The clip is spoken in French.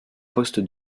poste